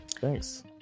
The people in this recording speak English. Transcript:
Thanks